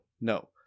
No